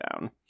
down